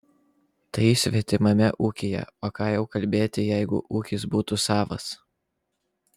tai svetimame ūkyje o ką jau kalbėti jeigu ūkis būtų savas